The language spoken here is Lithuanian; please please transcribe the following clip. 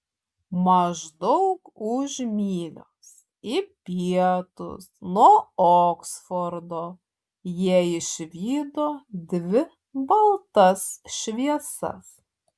maždaug už mylios į pietus nuo oksfordo jie išvydo dvi baltas šviesas